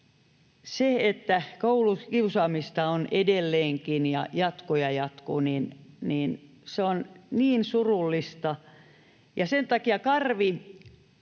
Se, että kouluissa on kiusaamista edelleenkin ja se jatkuu ja jatkuu, on niin surullista. Ja sen takia muun